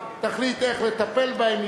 תחליט איך לטפל בהן,